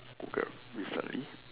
Googled recently